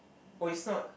oh it's not